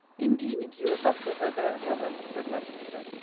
indeed, you was up with her there, brother, said my sister.